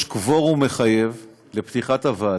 יש קוורום מחייב לפתיחת הוועדה,